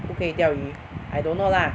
不可以钓鱼 I don't know lah